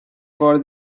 for